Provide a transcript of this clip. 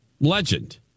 Legend